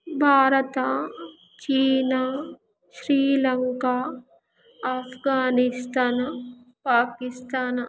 Bharat China Sri Lanka Afghanistan Pakistan